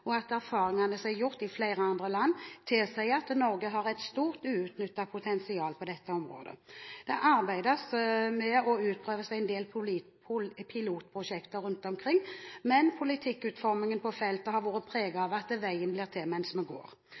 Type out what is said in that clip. i Norge. Erfaringene som er gjort i flere andre land, tilsier at Norge har et stort uutnyttet potensial på dette området. Det arbeides med – og utprøves – en del pilotprosjekter rundt omkring, men politikkutformingen på feltet har vært preget av at veien blir til mens man går.